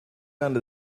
under